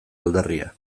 aldarria